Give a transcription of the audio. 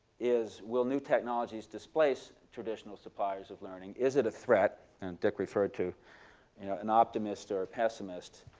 is, will new technologies displace traditional suppliers of learning? is it a threat? and dick referred to an optimist or a pessimist.